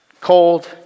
cold